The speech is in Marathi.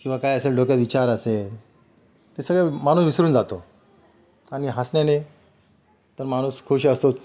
किंवा काय असेल डोक्यात विचार असेल ते सगळं माणूस विसरून जातो आणि हसण्याने तर माणूस खुश असतोच